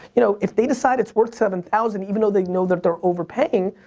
you know, if they decide it's worth seven thousand even though they know that they're overpaying,